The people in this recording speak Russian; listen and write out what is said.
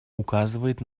указывает